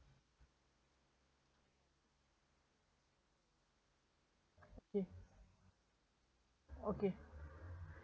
okay